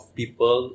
people